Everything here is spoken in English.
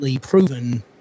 proven